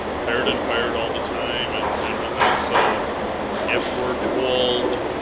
hired and fired all the time, and and whatnot, so if we're told,